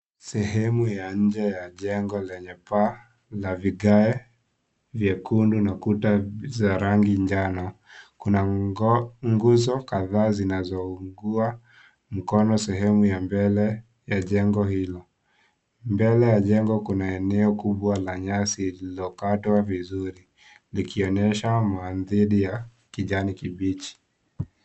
Sehemu ya nje ya jengo lenye paa la vigae vyekundu na kuta za rangi njano. Kuna nguzo kadhaa zinazounga mkono sehemu ya mbele ya jengo hilo. Mbele ya jengo kuna eneo kubwa la nyasi lililokatwa vizuri, likionyesha mwandidi wa kijani kibichi.